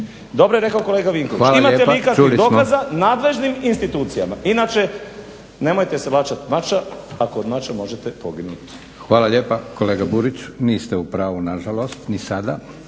Dobro je rekao kolega Vinković imate li vi dokaza nadležnim institucijama, inače nemojte se laćat mača ako od mača možete poginuti. **Leko, Josip (SDP)** Hvala lijepa. Kolega Burić niste u pravu nažalost ni sada.